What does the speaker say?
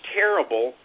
terrible